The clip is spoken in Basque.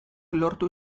lortu